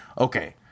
okay